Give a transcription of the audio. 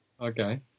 Okay